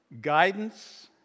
guidance